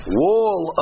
wall